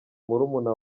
murumuna